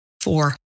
Four